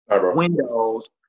windows